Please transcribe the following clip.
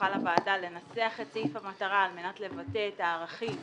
תוכל הוועדה לנסח את סעיף המטרה על מנת לבטא את הערכים